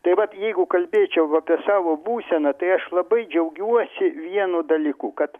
tai vat jeigu kalbėčiau apie savo būseną tai aš labai džiaugiuosi vienu dalyku kad